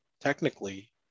technically